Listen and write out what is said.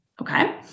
Okay